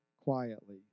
quietly